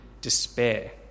despair